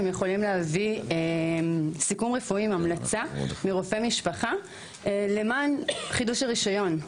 הם יכולים להביא סיכום רפואי עם המלצה מרופא משפחה למען חידוש הרישיון.